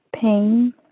pain